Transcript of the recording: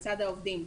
בצד העובדים,